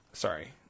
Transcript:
Sorry